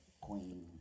queen